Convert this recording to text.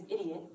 idiot